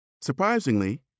Surprisingly